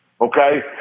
Okay